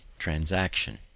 transaction